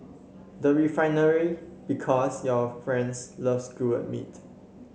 the Refinery Because your friends love skewered meat